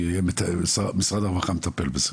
כי משרד הרווחה מטפל בזה,